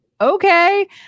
Okay